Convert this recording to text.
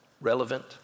relevant